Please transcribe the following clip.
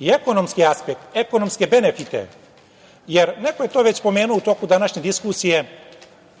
i ekonomski aspekt, ekonomske benefite, jer neko je to već spomenuo u toku današnje diskusije,